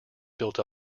built